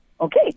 Okay